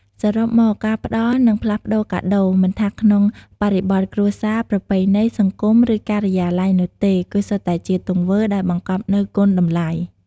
សរុបមក ការផ្តល់និងផ្លាស់ប្ដូរកាដូរ មិនថាក្នុងបរិបទគ្រួសារ ប្រពៃណី សង្គម ឬការិយាល័យនោះទេ គឺសុទ្ធតែជាទង្វើដែលបង្កប់នូវ គុណតម្លៃ។